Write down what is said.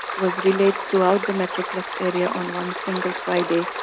was relayed throughout the metroplex area on one single friday.